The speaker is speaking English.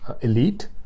elite